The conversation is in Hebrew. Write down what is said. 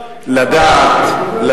לפטר את ברק.